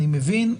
אני מבין,